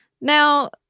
Now